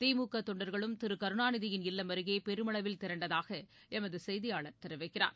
திழகதொண்டர்களும் திருகருணாநிதியின் இல்லம் அருகேபெருமளவில் திரண்டதாகஎமதுசெய்தியாளர் தெரிவிக்கிறார்